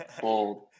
Bold